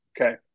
Okay